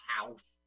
house